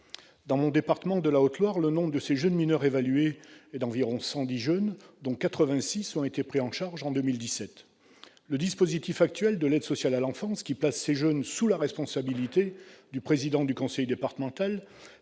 Dans mon département, la Haute-Loire, le nombre de ces jeunes mineurs est évalué à 110, dont 86 ont été pris en charge en 2017. Le dispositif actuel de l'aide sociale à l'enfance, qui place ces jeunes sous la responsabilité du président du conseil départemental,